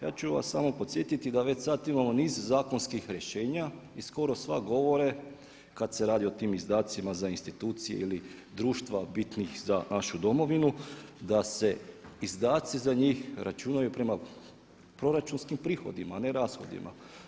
Ja ću vas samo podsjetiti da već sad imamo niz zakonskih rješenja i skoro sva govore kad se radi o tim izdatcima za institucije ili društva bitnih za našu domovinu da se izdaci za njih računaju prema proračunskim prihodima a ne rashodima.